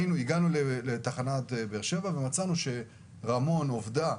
הגענו לתחנה בבאר שבע ומצאנו שרמון, עובדה,